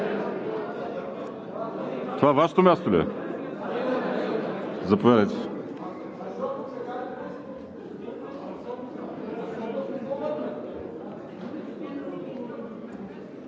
Това Вашето място ли е? Заповядайте.